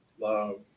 love